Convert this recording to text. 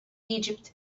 egypt